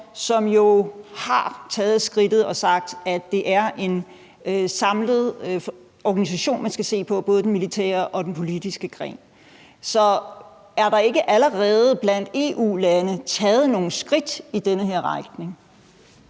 som har taget skridtet og sagt, at det er en samlet organisation, man skal se på, både den militære og den politiske gren. Så er der ikke allerede blandt EU-lande taget nogle skridt i den her retning?